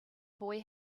boy